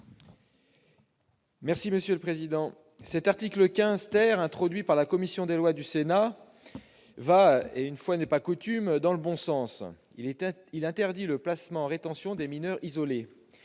Gontard, sur l'article. L'article 15 , qui a été introduit par la commission des lois du Sénat, va, une fois n'est pas coutume, dans le bon sens. Il interdit le placement en rétention des mineurs isolés.